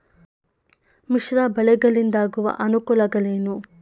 ಮಿಶ್ರ ಬೆಳೆಗಳಿಂದಾಗುವ ಅನುಕೂಲಗಳೇನು?